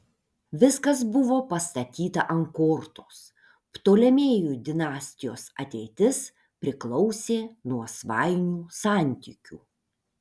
viskas buvo pastatyta ant kortos ptolemėjų dinastijos ateitis priklausė nuo svainių santykių